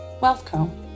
WealthCo